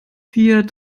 vier